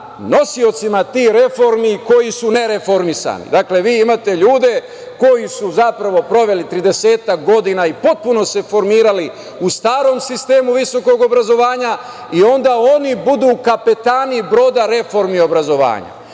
nosiocima tih reformi koji su ne reformisani. Vi imate ljude koji su proveli tridesetak godina i potpuno se formirali u starom sistemu visokog obrazovanja i onda oni budu kapetani broda reformi obrazovanja